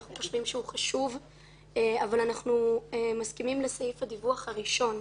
אנחנו חושבים שהוא חשוב אבל אנחנו מסכימים לסעיף הדיווח הראשון.